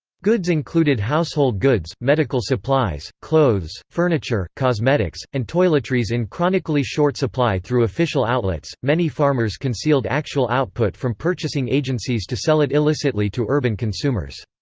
goods included household goods, medical supplies, clothes, furniture, cosmetics, and toiletries in chronically short supply through official outlets many farmers concealed actual output from purchasing agencies to sell it illicitly to urban consumers.